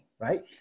Right